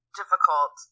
difficult